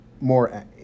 more